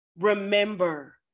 remember